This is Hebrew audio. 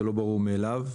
זה לא ברור מאליו.